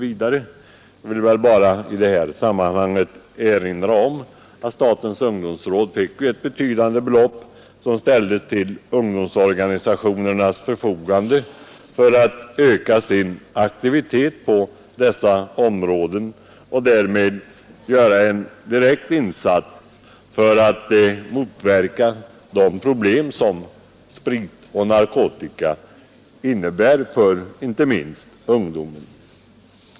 Jag vill bara i sammanhanget erinra om att statens ungdomsråd fick ett betydande belopp, som ställdes till ungdomsorganisationernas förfogande för att öka deras aktivitet på dessa områden och motverka de problem som sprit och narkotika innebär för inte minst ungdomen.